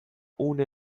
une